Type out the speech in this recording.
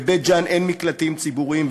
בבית-ג'ן אין מקלטים ציבוריים,